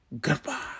Goodbye